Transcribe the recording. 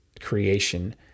creation